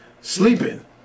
sleeping